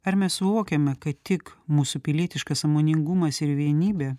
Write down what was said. ar mes suvokiame kad tik mūsų pilietiškas sąmoningumas ir vienybė